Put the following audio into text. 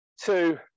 two